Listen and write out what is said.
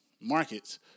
markets